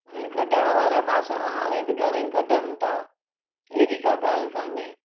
हाणे कढणु वारा बासण हाणे बि घणेई कढनि था अहिड़ी काई ॻाल्हि कान्हे